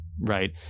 right